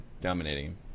dominating